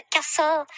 Castle